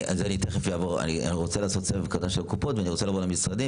רציתי